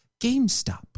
GameStop